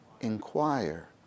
inquire